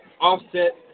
offset